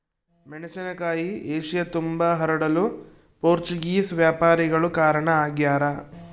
ಮೆಣಸಿನಕಾಯಿ ಏಷ್ಯತುಂಬಾ ಹರಡಲು ಪೋರ್ಚುಗೀಸ್ ವ್ಯಾಪಾರಿಗಳು ಕಾರಣ ಆಗ್ಯಾರ